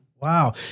Wow